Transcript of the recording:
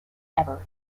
ever